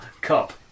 cup